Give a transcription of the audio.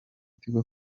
tigo